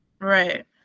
right